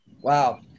Wow